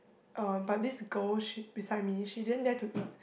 um but this girl she beside me she didn't dare to eat